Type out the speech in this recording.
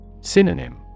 Synonym